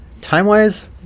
Time-wise